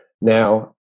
Now